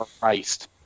Christ